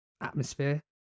atmosphere